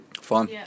Fine